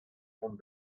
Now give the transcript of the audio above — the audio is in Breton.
vont